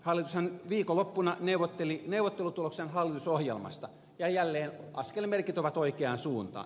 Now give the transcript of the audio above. hallitushan viikonloppuna neuvotteli neuvottelutuloksen hallitusohjelmasta ja jälleen askelmerkit ovat oikeaan suuntaan